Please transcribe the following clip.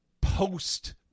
post